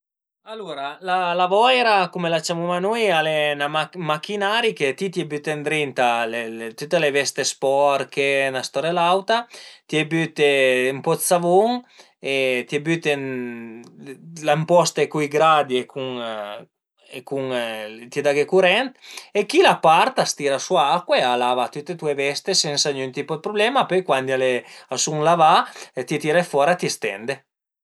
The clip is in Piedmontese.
Alura la lavoira cume la ciamuma nui al e ën machinari che tü t'ie büte ëndrinta tüte le veste sporche e 'na storia e l'auta, t'ie büte ën po dë savun e t'ie büte, la imposte cun i gradi e cun, t'ie daghe curent e chila a part, a s'tira sua acua e a lava tüte tue veste sensa gnün tipo dë prublema, pöi cuandi al e, a sun lavà, t'ie tire fora e t'ie stende